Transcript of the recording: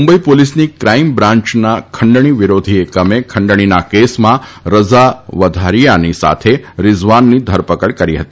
મુંબઇ પોલીસની ક્રાઇમ બ્રાન્યના ખંડણી વિરોધી એકમે ખંડણીના કેસમાં રઝા વધારીયાની સાથે રીઝવાનની ધરપકડ કરી હતી